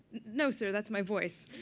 no, sir. that's my voice.